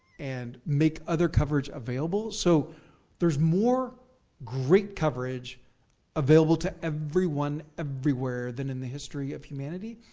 and make other coverage available so there's more great coverage available to everyone everywhere than in the history of humanity,